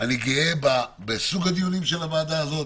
אני גאה בסוג הדיונים של הוועדה הזאת,